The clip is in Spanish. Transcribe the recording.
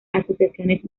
asociaciones